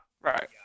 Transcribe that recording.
Right